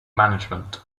management